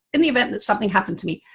in the event that something happened to me.